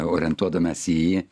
orientuodamiesi į jį